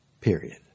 period